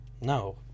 No